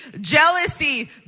jealousy